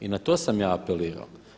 I na to sam ja apelirao.